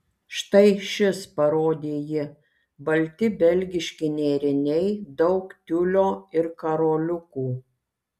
štai šis parodė ji balti belgiški nėriniai daug tiulio ir karoliukų